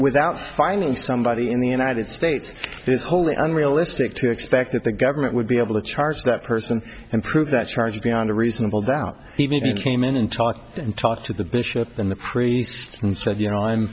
without finding somebody in the united states is wholly unrealistic to expect that the government would be able to charge that person and prove that charge beyond a reasonable doubt even if it came in and talk and talk to the bishop then the priest and said you know i'm